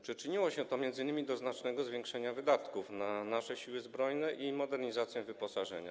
Przyczyniło się to m.in. do znacznego zwiększenia wydatków na nasze Siły Zbrojne i modernizację wyposażenia.